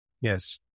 Yes